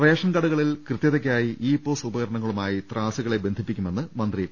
റേഷൻകടകളിൽ കൃത്യതയ്ക്കായി e POS ഉപകരണങ്ങളു മായി ത്രാസുകളെ ബന്ധിപ്പിക്കുമെന്ന് മന്ത്രി പി